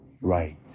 right